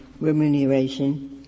remuneration